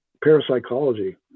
parapsychology